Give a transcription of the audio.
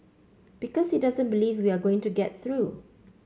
because he doesn't believe we are going to get through